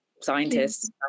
scientists